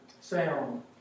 sound